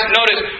notice